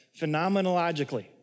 phenomenologically